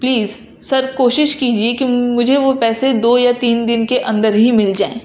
please sir کوشش کیجیے کہ مجھے وہ پیسے دو یا تین دن کے اندر ہی مل جائیں